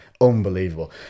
Unbelievable